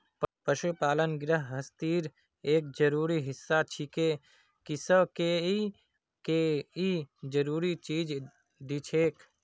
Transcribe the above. पशुपालन गिरहस्तीर एक जरूरी हिस्सा छिके किसअ के ई कई जरूरी चीज दिछेक